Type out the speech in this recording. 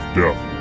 death